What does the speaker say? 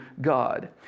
God